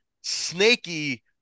snaky